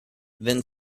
then